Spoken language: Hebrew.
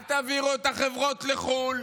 אל תעבירו את החברות לחו"ל.